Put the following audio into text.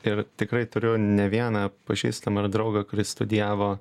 ir tikrai turėjau ne vieną pažįstamą ir draugą kuris studijavo